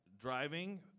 driving